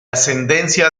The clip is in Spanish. ascendencia